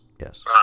yes